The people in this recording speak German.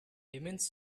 demenz